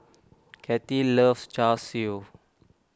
Cathi loves Char Siu